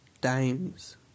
times